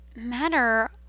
matter